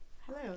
Hello